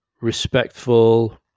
respectful